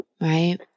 Right